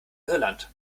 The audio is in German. irland